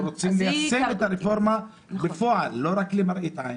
אנחנו רוצים ליישם בפועל ולא רק למראית עין.